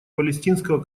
палестинского